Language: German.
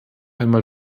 einmal